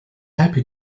happy